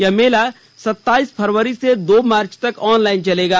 यह मेला सताईस फरवरी से दो मार्च तक ऑनलाईन चलेगा